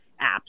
apps